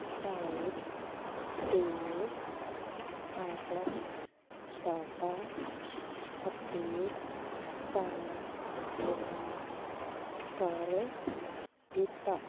site 'ਤੇ ਆਪਣਾ data update ਤਾਂ ਨਹੀਂ ਕਰ ਦਿੱਤਾ